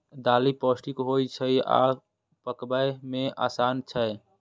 दालि पौष्टिक होइ छै आ पकबै मे आसान छै